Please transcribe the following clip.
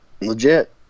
Legit